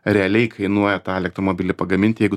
realiai kainuoja tą elektromobilį pagaminti jeigu